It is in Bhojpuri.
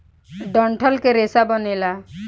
डंठल के रेसा बनेला